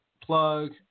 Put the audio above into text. plug